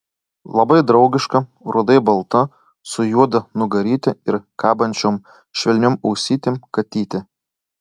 labai draugiška rudai balta su juoda nugaryte ir kabančiom švelniom ausytėm katytė